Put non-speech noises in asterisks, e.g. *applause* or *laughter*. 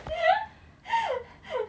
*noise*